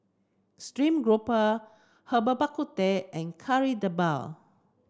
Stream Grouper Herbal Bak Ku Teh and Kari Debal